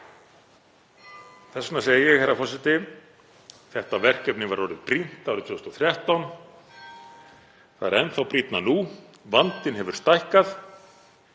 Þess vegna segi ég, herra forseti: Þetta verkefni var orðið brýnt árið 2013. Það er enn þá brýnna nú. Vandinn hefur stækkað.